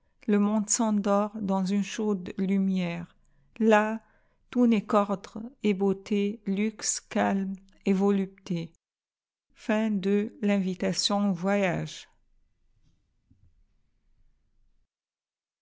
le monde s'endortdans une chaude lumière là tout n'est qu'ordre et beauté luxe calme et volupté